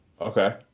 Okay